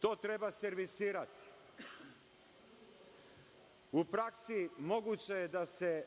To treba servisirati.U praksi, moguće je to da se